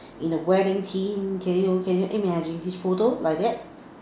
in the wedding theme can you can you imagine this photo like that